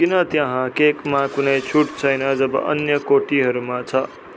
किन त्यहाँ केकमा कुनै छुट छैन जब अन्य कोटीहरूमा छ